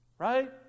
Right